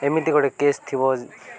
ଏମିତି ଗୋଟେ କେସ୍ ଥିବ